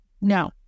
No